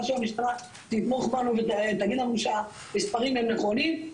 שהמשטרה תתמוך בנו ותגיד לנו שהמספרים הם נכונים.